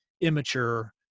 immature